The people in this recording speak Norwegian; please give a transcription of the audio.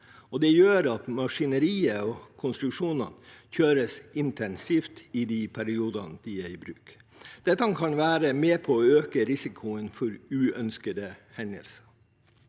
det gjør at maskineriet og konstruksjonene kjøres intensivt i de periodene de er i bruk. Det kan være med på å øke risikoen for uønskede hendelser